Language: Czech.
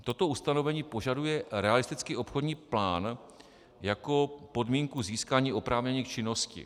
Toto ustanovení požaduje realistický obchodní plán jako podmínku získání oprávnění k činnosti.